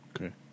Okay